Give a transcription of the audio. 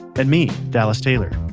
and me, dallas taylor.